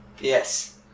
Yes